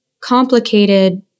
complicated